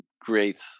great